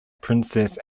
princess